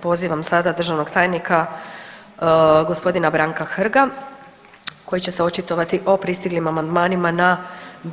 Pozivam sada državnog tajnika g. Branka Hrga koji će se očitovati o pristiglim amandmanima na